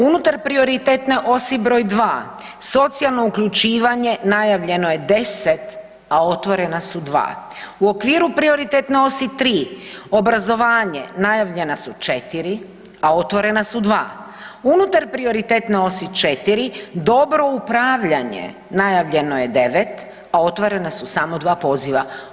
Unutar prioritetne osi br. 2 socijalno uključivanje, najavljeno je 10 a otvorena su 2. u okviru prioritetne osi 3, obrazovanje najavljena su 4 a otvorena su 2. Unutar prioritetne osi 4, dobro upravljanje, najavljeno je 9 a otvorena su samo 2 poziva.